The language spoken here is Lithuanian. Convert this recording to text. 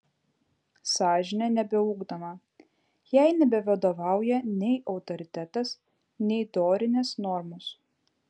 sąžinė nebeugdoma jai nebevadovauja nei autoritetas nei dorinės normos